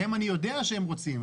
הם, אני יודע שהם רוצים.